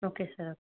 okay sir